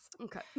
okay